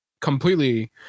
completely